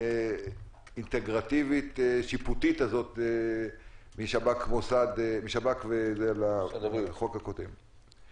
האינטגרטיבית שיפוטית משב"כ מוסד לחוק הקודם.